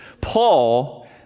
Paul